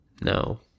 No